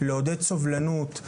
לעודד סובלנות,